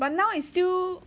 but now is still